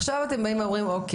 עכשיו אתם אומרים את